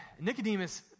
Nicodemus